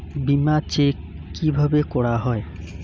বিমা চেক কিভাবে করা হয়?